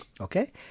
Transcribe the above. okay